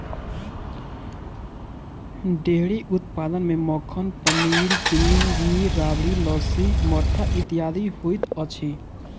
dairy उत्पाद मे मक्खन, पनीर, क्रीम, घी, राबड़ी, लस्सी, मट्ठा इत्यादि होइत अछि